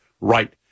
right